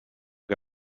que